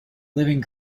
living